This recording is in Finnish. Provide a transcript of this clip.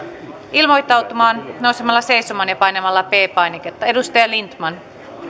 ilmoittautumaan nousemalla seisomaan ja painamalla p painiketta edustaja lindtman